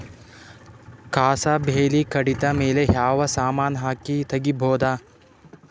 ಕಸಾ ಬೇಲಿ ಕಡಿತ ಮೇಲೆ ಯಾವ ಸಮಾನ ಹಾಕಿ ತಗಿಬೊದ?